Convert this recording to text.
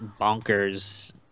bonkers